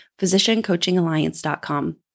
physiciancoachingalliance.com